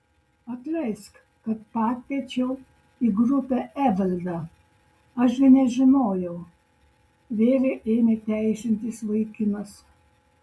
atleisk kad pakviečiau į grupę evaldą aš gi nežinojau vėlei ėmė teisintis vaikinas